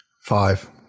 Five